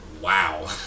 wow